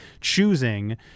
choosing